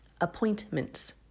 appointments